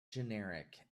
generic